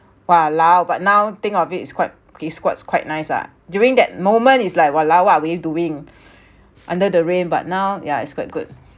!walao! but now think of it it's quite it was quite nice ah during that moment it's like !walao! what are we doing under the rain but now yeah it's quite good